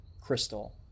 crystal